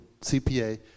CPA